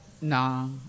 No